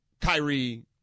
Kyrie